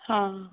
ਹਾਂ